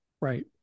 Right